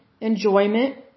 enjoyment